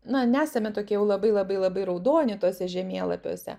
na nesame tokie jau labai labai labai raudoni tuose žemėlapiuose